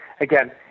again